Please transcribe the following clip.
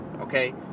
okay